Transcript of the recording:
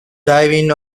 divine